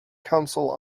council